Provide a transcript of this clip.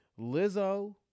Lizzo